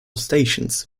stations